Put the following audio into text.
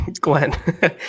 Glenn